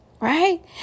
Right